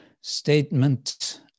statement